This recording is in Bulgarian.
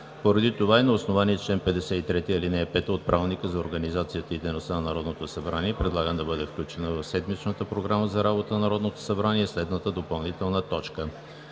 Поради това и на основание чл. 53, ал. 5 от Правилника за организацията и дейността на Народното събрание предлагам да бъде включена в седмичната Програма за работа на Народното събрание следната допълнителна точка: